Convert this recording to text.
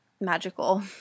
magical